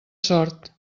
sort